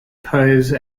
pose